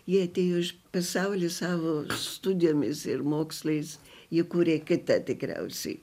jie atėjo iš pasaulį savo studijomis ir mokslais ji kuria kita tikriausiai